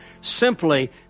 simply